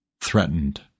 threatened